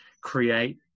create